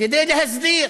כדי להסדיר